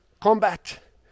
combat